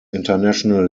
international